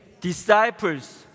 Disciples